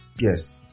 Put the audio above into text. Yes